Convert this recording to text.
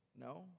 No